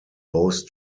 both